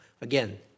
again